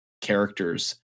characters